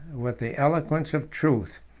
with the eloquence of truth,